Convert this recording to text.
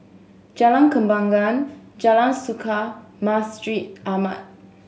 Jalan Kembangan Jalan Suka Masjid Ahmad